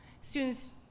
students